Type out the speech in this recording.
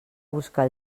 buscar